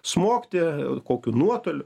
smogti kokiu nuotoliu